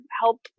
help